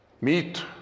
meet